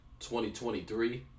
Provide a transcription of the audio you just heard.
2023